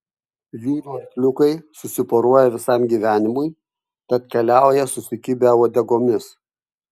jūrų arkliukai susiporuoja visam gyvenimui tad keliauja susikibę uodegomis